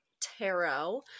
Tarot